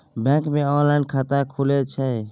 Bank मे online खाता खुले छै?